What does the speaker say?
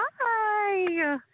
Hi